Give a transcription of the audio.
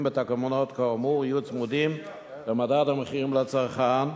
בתקנות כאמור יהיו צמודים למדד המחירים לצרכן,